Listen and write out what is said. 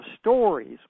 stories